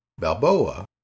Balboa